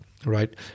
right